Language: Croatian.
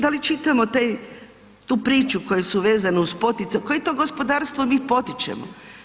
Da li čitamo tu priču koji su vezani uz poticaje, koji to gospodarstvo mi potičemo?